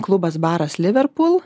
klubas baras liverpool